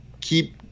Keep